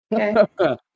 Okay